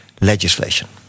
legislation